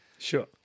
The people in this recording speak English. Sure